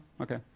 okay